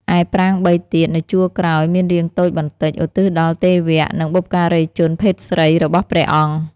ឯប្រាង្គ ៣ ទៀត នៅជួរក្រោយ មាន រាងតូចបន្តិច ឧទ្ទិសដល់ទេវៈ និង បុព្វការីជនភេទស្រីរបស់ព្រះអង្គ ។